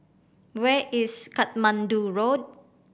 where is Katmandu Road